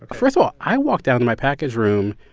but first of all, i walked down to my package room.